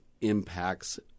impacts